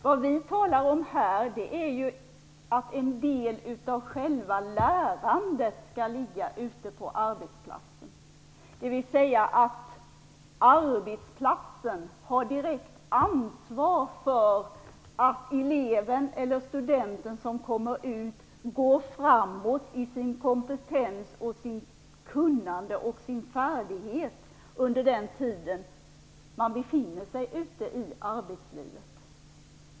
Vad vi här talar om är att en del av själva lärandet skall ligga ute på arbetsplatsen, dvs. att arbetsplatsen har direkt ansvar för att eleven eller studenten som kommer ut går framåt i sin kompetens, sitt kunnande och sin färdighet under den tid som man befinner sig ute i arbetslivet.